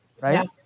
right